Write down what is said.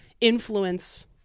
influence